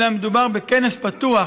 אלא מדובר בכנס פתוח